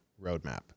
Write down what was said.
roadmap